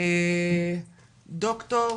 ד"ר